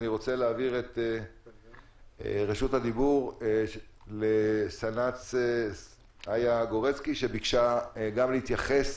אני רוצה להעביר את רשות הדיבור לסנ"צ איה גורצקי שביקשה להתייחס